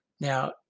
Now